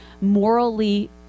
morally